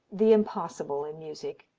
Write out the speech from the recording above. the impossible in music.